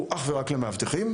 הוא אך ורק למאבטחים,